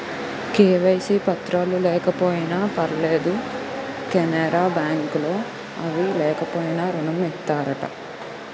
KYC పత్రాలు లేకపోయినా పర్లేదు కెనరా బ్యాంక్ లో అవి లేకపోయినా ఋణం ఇత్తారట